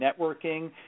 networking